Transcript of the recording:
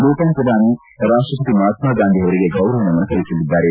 ಭೂತಾನ್ ಪ್ರಧಾನಿ ರಾಷ್ಲಪಿತ ಮಹಾತ್ನ ಗಾಂಧಿ ಅವರಿಗೆ ಗೌರವ ನಮನ ಸಲ್ಲಿಸಲಿದ್ದಾರೆ